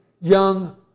young